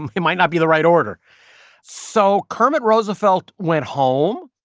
and it might not be the right order so kermit roosevelt went home.